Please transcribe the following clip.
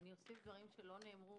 אוסיף דברים שלא נאמרו.